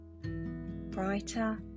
Brighter